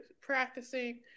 practicing